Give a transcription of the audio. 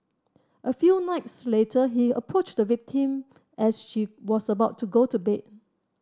a few nights later he approached the victim as she was about to go to bed